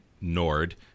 Nord